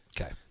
Okay